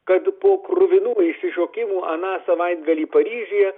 kad po kruvinų išsišokimų aną savaitgalį paryžiuje